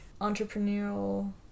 entrepreneurial